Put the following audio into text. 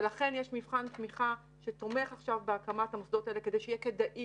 ולכן יש מבחן תמיכה שתומך עכשיו בהקמת המוסדות האלה כדי שיהיה כדאי